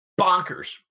bonkers